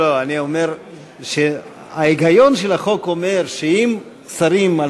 אני אומר שההיגיון של החוק אומר שאם שרים על